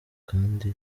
kandi